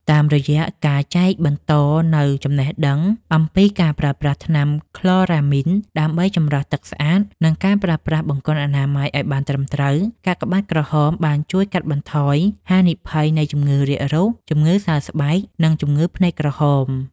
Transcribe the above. តាមរយៈការចែកបន្តនូវចំណេះដឹងអំពីការប្រើប្រាស់ថ្នាំក្លរ៉ាមីនដើម្បីចម្រោះទឹកស្អាត និងការប្រើប្រាស់បង្គន់អនាម័យឱ្យបានត្រឹមត្រូវ កាកបាទក្រហមបានជួយកាត់បន្ថយហានិភ័យនៃជំងឺរាករូស ជំងឺសើស្បែក និងជំងឺភ្នែកក្រហម។